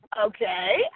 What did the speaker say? Okay